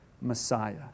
Messiah